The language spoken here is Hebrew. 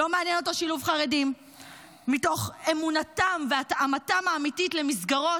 לא מעניין אותו שילוב חרדים מתוך אמונתם והתאמתם האמיתית למסגרות,